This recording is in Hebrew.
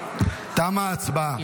תמה ההצבעה.